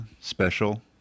special